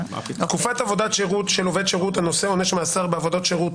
תקופת עבודת שירות של עובד שירות הנושא עונש מאסר בעבודות שירות